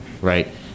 right